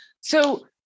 So-